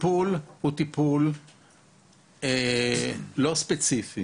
הטיפול הוא טיפול לא ספציפי